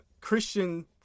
Christian